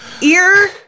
ear